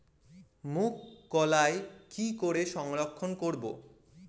মুঘ কলাই কি করে সংরক্ষণ করব?